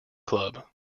club